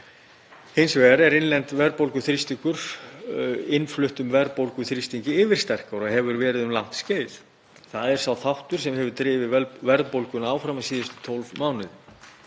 Hins vegar er innlendur verðbólguþrýstingur innfluttum verðbólguþrýstingi yfirsterkari og hefur verið um langt skeið. Það er sá þáttur sem hefur drifið verðbólguna áfram síðustu 12 mánuði.